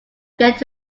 get